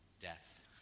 Death